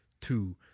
two